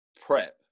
prep